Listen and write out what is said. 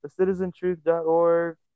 Thecitizentruth.org